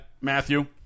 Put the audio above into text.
Matthew